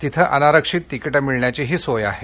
तिथे अनारक्षित तिकीटं मिळण्याघीही सोय आहे